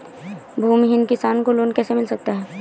भूमिहीन किसान को लोन कैसे मिल सकता है?